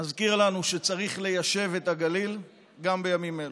מזכיר לנו שצריך ליישב את הגליל גם בימים אלו.